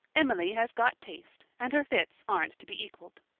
emily has got taste, and her fits aren't to be equaled.